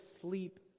sleep